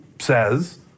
says